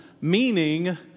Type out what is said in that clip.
meaning